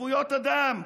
לזכויות אדם,